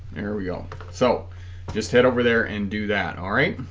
there we go so just head over there and do that all right